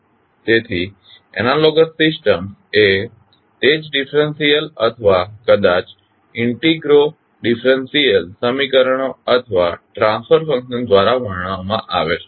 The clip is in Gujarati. તેથી એનાલોગસ સિસ્ટમ્સ એ તે જ ડિફેરિએશનલ અથવા કદાચ ઇન્ટિગ્રોડિફેરિએશનલ સમીકરણો અથવા ટ્રાંસફર ફંકશન દ્વારા વર્ણવવામાં આવે છે